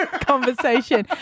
conversation